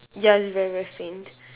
ya it's very very faint